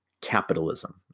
capitalism